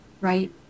right